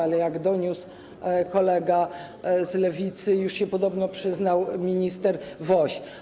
Ale jak doniósł kolega z Lewicy, już się podobno przyznał minister Woś.